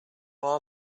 are